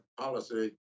policy